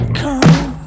come